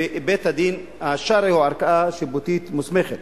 ובית-הדין השרעי הוא ערכאה שיפוטית מוסמכת.